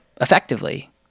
effectively